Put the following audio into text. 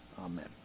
Amen